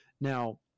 Now